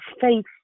faith